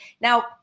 Now